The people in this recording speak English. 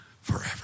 forever